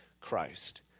Christ